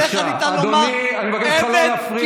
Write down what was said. אני מבקש ממך לעצור ולשבת ואני מבקש לא לענות על השאילתה,